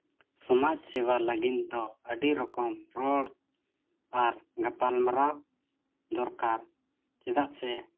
ᱥᱚᱢᱟᱡᱽ ᱥᱮᱵᱟ ᱞᱟᱹᱜᱤᱫ ᱫᱚ ᱟᱹᱰᱤ ᱨᱚᱠᱚᱢ ᱨᱚᱲ ᱟᱨ ᱜᱟᱯᱟᱞᱢᱟᱨᱟᱣ ᱫᱚᱨᱠᱟᱨ ᱪᱮᱫᱟᱜ ᱥᱮ